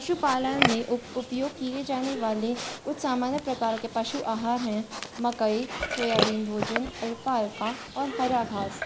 पशुपालन में उपयोग किए जाने वाले कुछ सामान्य प्रकार के पशु आहार हैं मकई सोयाबीन भोजन अल्फा अल्फा और हरा घास